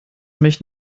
mich